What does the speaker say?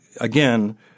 again